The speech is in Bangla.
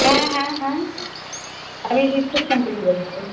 হ্যাঁ হ্যাঁ হ্যাঁ আমি রিসেপশন থেকে বলছি